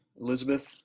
Elizabeth